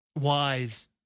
wise